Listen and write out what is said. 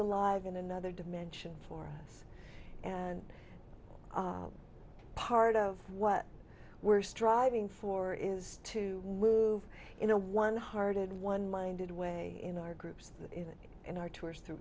alive in another dimension for us and part of what we're striving for is to move in a one hearted one minded way in our groups that in our tours through